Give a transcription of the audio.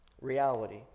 reality